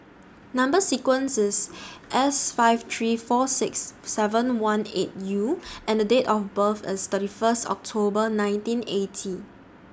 Number sequence IS S five three four six seven one eight U and Date of birth IS thirty First October nineteen eighty